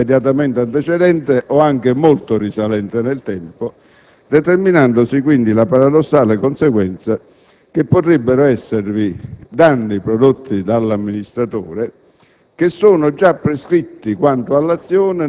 di danno, che può essere immediatamente antecedente, o anche molto risalente nel tempo. Determinandosi quindi la paradossale conseguenza che potrebbero esservi danni prodotti dall'amministratore